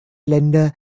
länder